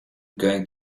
going